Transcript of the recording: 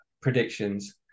predictions